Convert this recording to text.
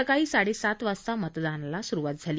सकाळी साडेसात वाजता मतदानाला सुरुवात झाली